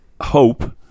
hope